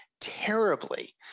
terribly